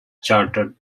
charted